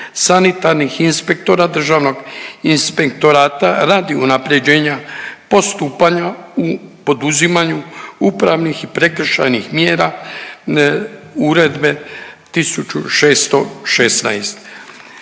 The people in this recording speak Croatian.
sanitarnih inspektora Državnog inspektorata radi unaprjeđenja postupanja u poduzimanju upravnih i prekršajnih mjera Uredbe 1616.